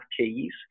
keys